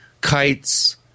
kites